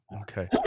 Okay